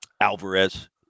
Alvarez